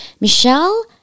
Michelle